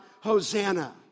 Hosanna